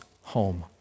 home